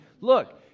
Look